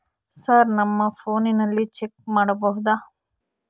Sir ನಮ್ಮ ಫೋನಿನಲ್ಲಿ check ಮಾಡಬಹುದಾ?